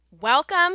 Welcome